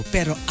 Pero